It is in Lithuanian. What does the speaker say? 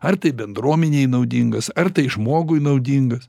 ar tai bendruomenei naudingas ar tai žmogui naudingas